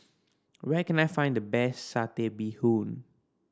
where can I find the best Satay Bee Hoon